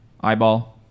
eyeball